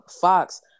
Fox